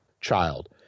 child